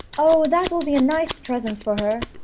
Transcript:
oh, that will be a nice present for her!